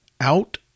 Out